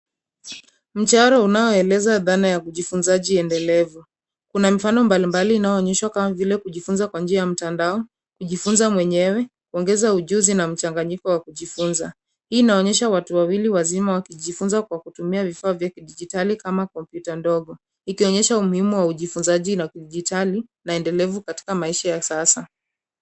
Mchoro unaoleza dhana ya ujifunzaji endelevu. Kuna mifano mbali mbali inayoonyeshwa, kama vile kujifunza kwa njia ya mtandao, kujifunza mwenyewe, kuongeza ujuzi na mchanganyiko wa kujifunza. Pia inaonyesha watu wawili wazima wakijifunza kwa kutumia vifaa vya kidijitali kama, kompyuta ndogo, ikionyesha umuhimu wa ujifunzaji na kidijitali na endelevu katika maisha ya sasa.